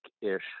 ish